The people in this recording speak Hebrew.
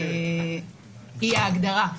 היא ההגדרה.